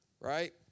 right